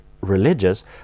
religious